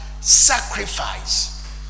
Sacrifice